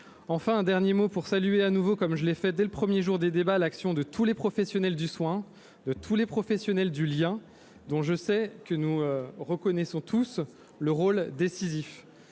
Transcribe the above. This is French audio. conclure, je veux saluer de nouveau, comme je l'ai fait dès le premier jour des débats, l'action de tous les professionnels du soin, de tous les professionnels du lien, dont nous reconnaissons tous le rôle décisif.